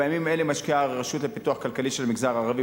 בימים אלה משקיעה הרשות לפיתוח כלכלי של המגזר הערבי,